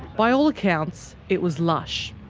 by all accounts it was lush.